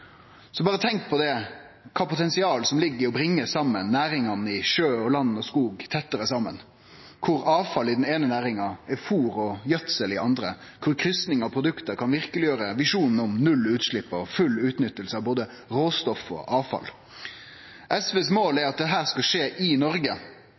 Berre tenk på kva potensial som ligg i å bringe næringane i sjø, på land og i skog tettare saman, der avfallet i den eine næringa er fôr eller gjødsel i andre, der krysning av produkt kan verkeleggjere visjonen om nullutslepp og full utnytting av både råstoff og avfall! SVs mål